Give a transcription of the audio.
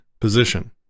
position